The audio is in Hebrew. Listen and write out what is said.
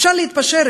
אפשר להתפשר,